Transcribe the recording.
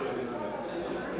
Hvala.